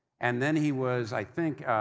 and then he was, i think,